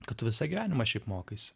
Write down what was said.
kad tu visą gyvenimą šiaip mokaisi